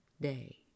day